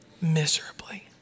miserably